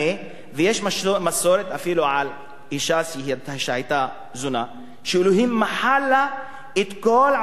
ויש אפילו מסורת על אשה שהיתה זונה ואלוהים מחל לה על כל עוונותיה